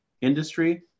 industry